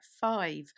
five